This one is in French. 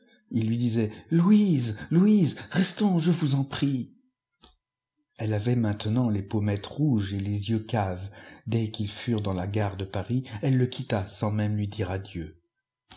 ii lui disait louise louise restons je vous en prie elle avait maintenant les pommettes rouges et les yeux caves dès qu'ils furent dans la gare de paris elle le quitta sans même lui dire adieu